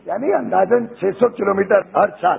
यानि अंदाजन छह सौ किलोमीटर हर साल